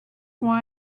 why